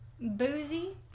Boozy